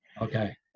Okay